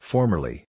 Formerly